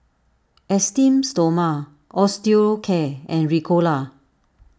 Esteem Stoma Osteocare and Ricola